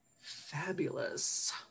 fabulous